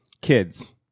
Kids